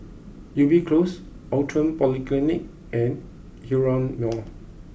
Ubi Close Outram Polyclinic and Hillion Mall